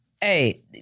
Hey